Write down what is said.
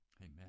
Amen